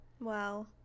wow